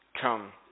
come